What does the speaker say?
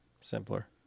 Simpler